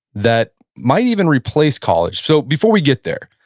that might even replace college. so before we get there,